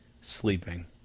sleeping